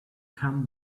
come